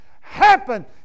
happen